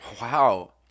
Wow